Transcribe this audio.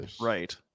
Right